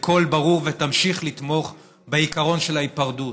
בקול ברור ותמשיך לתמוך בעיקרון של ההיפרדות,